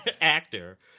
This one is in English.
actor